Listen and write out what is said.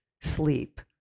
sleep